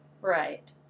Right